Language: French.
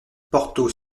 porthos